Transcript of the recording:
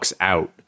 out